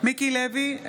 מיקי לוי,